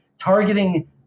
targeting